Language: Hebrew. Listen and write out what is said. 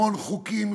המון חוקים,